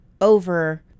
over